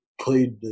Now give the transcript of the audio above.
played